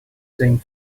same